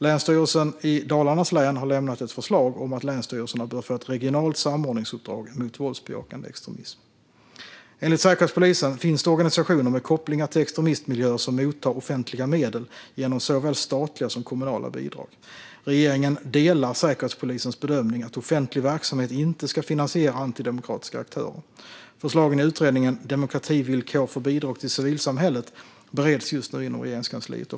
Länsstyrelsen i Dalarnas län har lämnat ett förslag om att länsstyrelserna bör få ett regionalt samordningsuppdrag mot våldsbejakande extremism. Enligt Säkerhetspolisen finns det organisationer med kopplingar till extremistmiljöer som mottar offentliga medel genom såväl statliga som kommunala bidrag. Regeringen delar Säkerhetspolisens bedömning att offentlig verksamhet inte ska finansiera antidemokratiska aktörer. Förslagen i utredningen Demokrativillkor för bidrag till civilsamhället bereds just nu inom Regeringskansliet.